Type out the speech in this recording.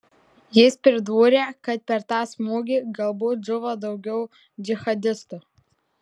jis pridūrė kad per tą smūgį galbūt žuvo daugiau džihadistų